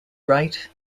wright